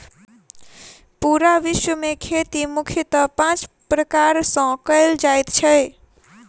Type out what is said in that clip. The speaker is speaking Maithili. पूरा विश्व मे खेती मुख्यतः पाँच प्रकार सॅ कयल जाइत छै